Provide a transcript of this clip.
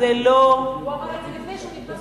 הוא אמר את זה לפני שהוא נכנס לתפקיד.